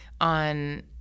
on